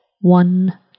one